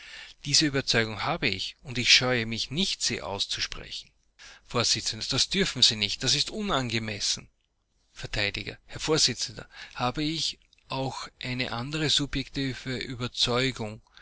diese überzeugung habe ich und ich scheue mich nicht sie auszusprechen vors das dürfen sie nicht das ist unangemessen vert herr vorsitzender habe ich auch eine andere subjektive überzeugung